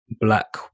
black